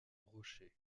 rochers